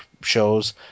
shows